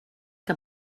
que